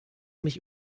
mich